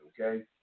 okay